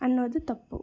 ಅನ್ನೋದು ತಪ್ಪು